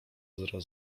zero